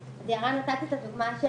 את נתת את הדוגמה של